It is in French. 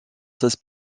seize